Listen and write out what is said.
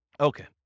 Okay